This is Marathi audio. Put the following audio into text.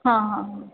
हां हां हां